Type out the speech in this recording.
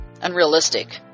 unrealistic